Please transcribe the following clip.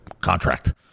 contract